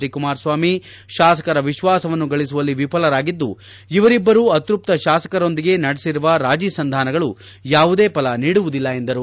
D Kumaraswamy ಶಾಸಕರ ವಿಶ್ವಾಸವನ್ನು ಗಳಿಸುವಲ್ಲಿ ವಿಫಲರಾಗಿದ್ದು ಇವರಿಬ್ಬರು ಅತೃಪ್ತ ಶಾಸಕರರೊಂದಿಗೆ ನಡೆಸಿರುವ ರಾಜೀಸಂಧಾನಗಳು ಯಾವುದೇ ಫಲ ನೀಡುವುದಿಲ್ಲ ಎಂದರು